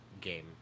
game